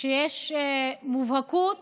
שיש מובהקות